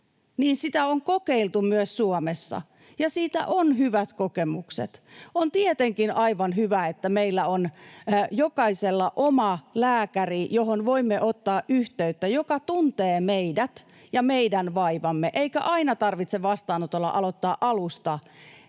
sitä on kokeiltu myös Suomessa, ja siitä on hyvät kokemukset. On tietenkin aivan hyvä, että meillä on jokaisella oma lääkäri, johon voimme ottaa yhteyttä ja joka tuntee meidät ja meidän vaivamme, eikä aina tarvitse vastaanotolla aloittaa alusta